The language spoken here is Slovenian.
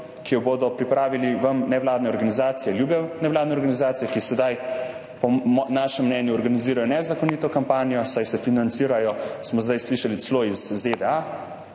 ki jo bodo pripravile vam ljube nevladne organizacije, ki sedaj po našem mnenju organizirajo nezakonito kampanjo, saj se financirajo, smo zdaj slišali, celo iz ZDA,